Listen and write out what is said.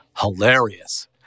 hilarious